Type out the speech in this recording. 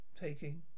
taking